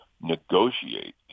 negotiate